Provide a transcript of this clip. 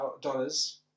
dollars